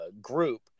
group